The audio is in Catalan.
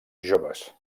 joves